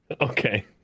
okay